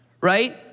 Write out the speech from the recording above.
right